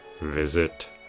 visit